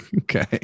Okay